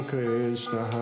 Krishna